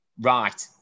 Right